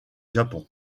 japon